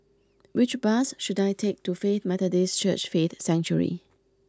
which bus should I take to Faith Methodist Church Faith Sanctuary